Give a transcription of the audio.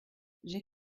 j’ai